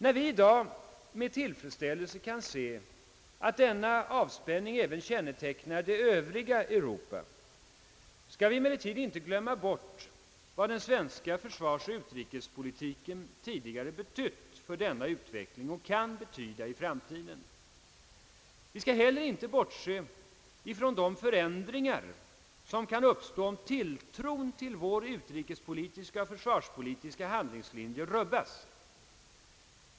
När vi i dag med tillfredsställelse kan se att denna avspänning även kännetecknar det övriga Europa, skall vi emellertid inte glömma bort vad den svenska försvarsoch utrikespolitiken tidigare betytt för denna utveckling — och kan betyda i framtiden. Vi bör inte heller bortse ifrån de förändringar, som kan uppstå, om tilltron till vår utrikespolitiska och försvarspolitiska handlingslinje rubbas.